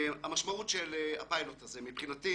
המשמעות של הפיילוט הזה, מבחינתי